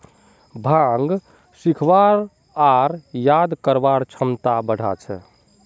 भांग सीखवार आर याद करवार क्षमता बढ़ा छे